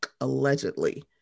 allegedly